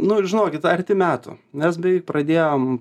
nu žinokit arti metų nes beveik pradėjom